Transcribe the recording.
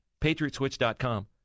PatriotSwitch.com